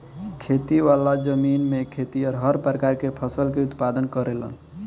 खेती वाला जमीन में खेतिहर हर प्रकार के फसल के उत्पादन करेलन